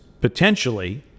potentially